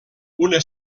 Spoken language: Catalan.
una